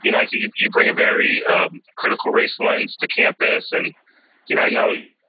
you know i think you you bring a very critical race lens to campus, and you know i know